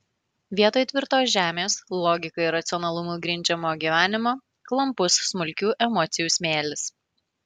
vietoj tvirtos žemės logika ir racionalumu grindžiamo gyvenimo klampus smulkių emocijų smėlis